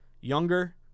younger